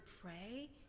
pray